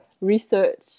research